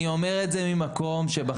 אני אומר את זה ממקום שבחן את הנושא הזה.